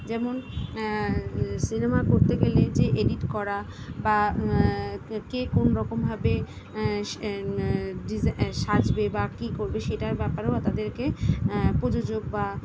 যেমন সিনেমা করতে গেলে যে এডিট করা বা কে কোন রকমভাবে সা ডিসা সাজবে বা কী করবে সেটার ব্যাপারেও আ তাদেরকে প্রয়োজক বা